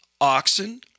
oxen